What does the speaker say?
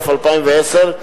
התשע"א 2010,